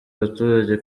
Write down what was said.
abaturage